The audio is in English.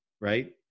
right